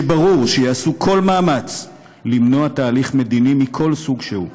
שברור שיעשו כל מאמץ למנוע תהליך מדיני מכל סוג שהוא.